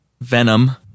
Venom